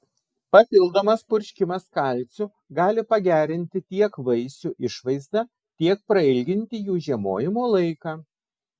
papildomas purškimas kalciu gali pagerinti tiek vaisių išvaizdą tiek prailginti jų žiemojimo laiką